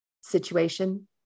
situation